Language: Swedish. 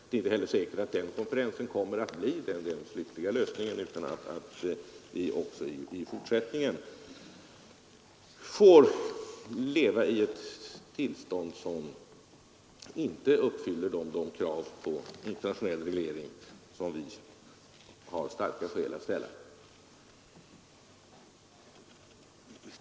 Det är inte heller säkert att man vid den konferensen når den slutliga lösningen, utan det kan hända att vi också i fortsättningen får leva i ett tillstånd som inte uppfyller de krav på internationell reglering som vi har starka skäl att ställa.